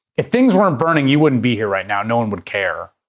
if things were burning, you wouldn't be here right now. no one would care.